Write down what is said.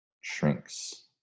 shrinks